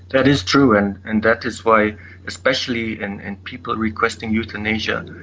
that is true, and and that is why especially and in people requesting euthanasia,